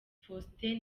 faustin